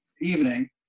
evening